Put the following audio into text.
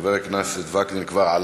של חברי הכנסת יצחק וקנין ומאיר כהן.